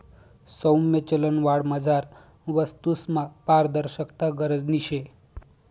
सौम्य चलनवाढमझार वस्तूसमा पारदर्शकता गरजनी शे